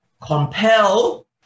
compel